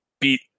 beat